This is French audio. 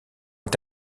est